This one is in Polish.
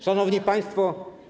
Szanowni Państwo!